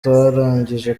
twarangije